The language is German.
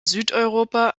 südeuropa